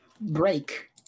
break